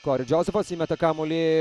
kori džozefas įmeta kamuolį